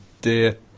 dear